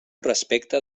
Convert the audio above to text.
respecte